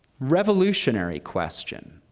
revolutionary question.